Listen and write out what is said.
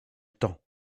temps